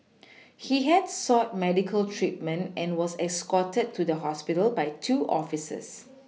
he had sought medical treatment and was escorted to the hospital by two officers